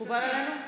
מקובל עלינו?